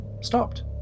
stopped